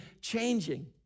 changing